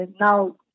now